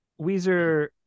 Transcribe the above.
weezer